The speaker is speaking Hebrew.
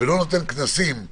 ולא נותן בעיר,